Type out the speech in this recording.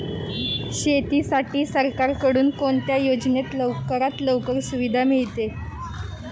शेतीसाठी सरकारकडून कोणत्या योजनेत लवकरात लवकर सुविधा मिळते?